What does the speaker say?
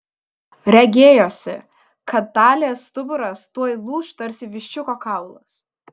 regėjosi kad talės stuburas tuoj lūš tarsi viščiuko kaulas